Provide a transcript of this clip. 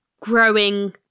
growing